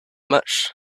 much